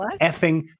effing